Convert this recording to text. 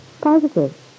Positive